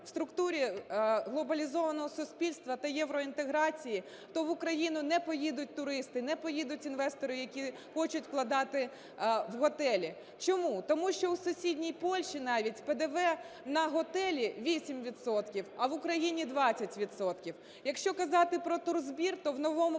в структурі глобалізованого суспільства та євроінтеграції, то в Україну не поїдуть туристи, не поїдуть інвестори, які хочуть вкладати в готелі. Чому? Тому що у сусідній Польщі навіть ПДВ на готелі 8 відсотків, а в Україні – 20 відсотків. Якщо казати про турзбір, то в новому